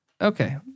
Okay